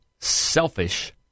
Selfish